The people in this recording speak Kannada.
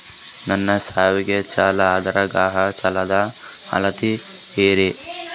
ನನ್ನ ಸೇವಿಂಗ್ಸ್ ಖಾತಾ ಅದ, ಗೃಹ ಸಾಲದ ಅರ್ಹತಿ ಹೇಳರಿ?